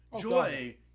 Joy